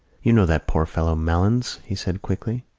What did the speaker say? you know that poor fellow malins? he said quickly.